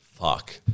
fuck